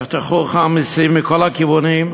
יחתכו לך במסים מכל הכיוונים,